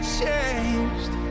changed